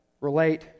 relate